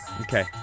Okay